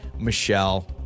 Michelle